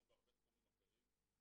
כמו בהרבה תחומים אחרים,